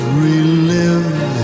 relive